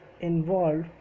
involved